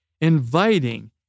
inviting